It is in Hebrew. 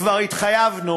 כבר התחייבנו